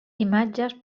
imatges